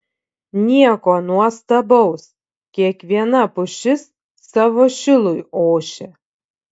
nieko nuostabaus kiekviena pušis savo šilui ošia